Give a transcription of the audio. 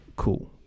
cool